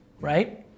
right